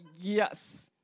yes